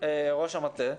אגב, ראש המטה,